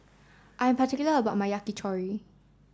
I am particular about my Yakitori